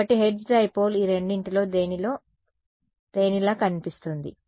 కాబట్టి Hertz dipole ఈ రెండిటిలో దేనిలా కనిపిస్తుంది